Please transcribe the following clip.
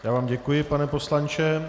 Já vám děkuji, pane poslanče.